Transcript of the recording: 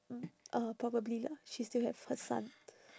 uh probably lah she still have her son